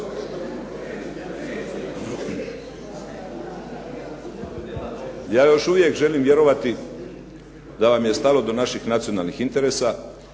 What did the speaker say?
Ja još uvijek želim vjerovati da vam je stalo do naših nacionalnih interesa